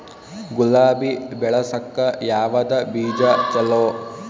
ಗುಲಾಬಿ ಬೆಳಸಕ್ಕ ಯಾವದ ಬೀಜಾ ಚಲೋ?